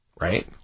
right